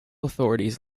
authorities